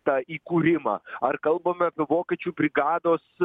tą įkūrimą ar kalbame apie vokiečių brigados